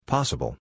Possible